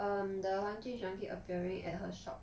um the 黄俊雄 keep appearing at her shop